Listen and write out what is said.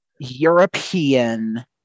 European